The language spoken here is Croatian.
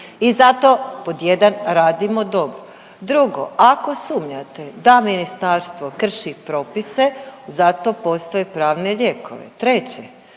i zato, pod jedan, radimo dobro, drugo, ako sumnjate da ministarstvo krši propise, zato postoje pravni lijekovi. Treće,